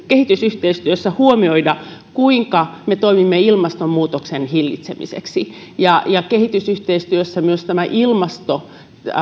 kehitysyhteistyössä huomioida kuinka me toimimme ilmastonmuutoksen hillitsemiseksi ja ja kehitysyhteistyössä myös ilmasto